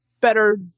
better